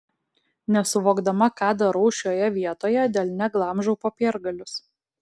nesuvokdama ką darau šioje vietoje delne glamžau popiergalius